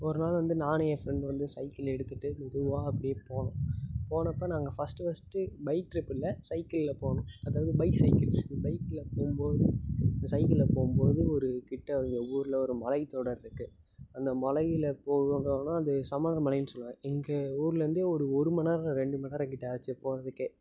ஒரு நாள் வந்து நானும் என் ஃப்ரெண்டும் வந்து சைக்கிள் எடுத்துட்டு மெதுவாக அப்படியே போனோம் போனப்போ நாங்கள் ஃபஸ்ட்டு ஃபஸ்ட்டு பைக் ட்ரிப் இல்லை சைக்கிளில் போனோம் அதாவது பைசைக்கிள்ஸு பைக்கில் போகும் போது சைக்கிளில் போகும் போது ஒரு கிட்ட இங்கே ஊரில் ஒரு மலைதொடர் இருக்குது அந்த மலையில் போகணுன்னால் அது சமணர் மலையின்னு சொல்வேன் எங்கள் ஊரில் இருந்து ஒரு ஒரு மணி நேரம் ரெண்டு மணி நேரம் கிட்ட ஆச்சு போகிறதுக்கே